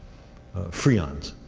freons.